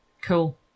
Cool